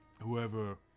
whoever